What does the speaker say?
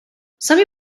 some